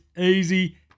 Easy